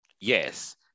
Yes